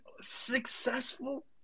successful